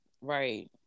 right